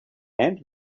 hand